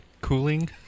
cooling